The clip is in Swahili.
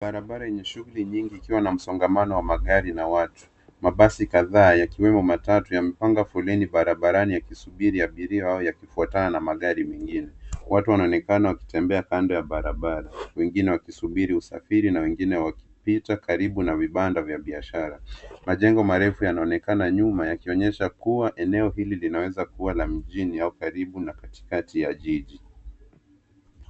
Barabara yenye shughli nyingi ikiwa na msongamano wa magari na watu. Mabasi kadhaa, yakiwemo matatu yampanga foleni barabarani yakisubiri abiria au yakifuatana na magari mengine. Watu wananekana wakitembea kando ya barabara. Wengine wakisubiri usafiri na wengine wakipita karibu na vibanda vya biashara. Majengo marefu yanaonekana nyuma yakionyesha kuwa eneo hili linaweza kuwa la mjini au karibu na katikati ya jiji.